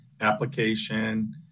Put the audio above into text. application